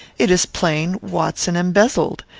it is plain watson embezzled,